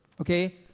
okay